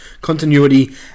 continuity